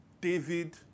David